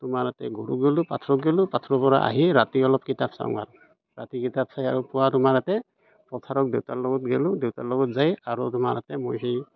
তোমাৰ তাতে গৰু গ'লোঁ পথাৰত গ'লোঁ পথাৰৰ পৰা আহি অলপ কিতাপ চাওঁ আৰু ৰাতি কিতাপ চাই আৰু পুৱা তাতে পথাৰত দেউতা লগত গ'লোঁ দেউতা লগত যাই আৰু তোমাৰ তাতে মই সেই